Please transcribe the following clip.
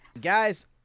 Guys